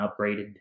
upgraded